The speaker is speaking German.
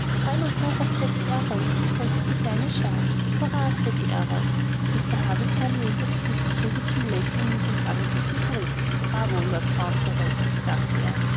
dreimal hoch ceddie errol brüllte die kleine schar hurra ceddie errol mr havisham lehnte sich mit befriedigtem lächeln in sein wagenkissen zurück bravo lord fauntleroy sagte er